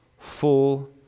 full